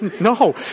no